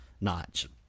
notch